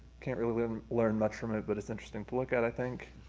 can't really learn learn much from it, but it's interesting to look at, i think.